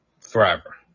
forever